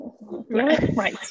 Right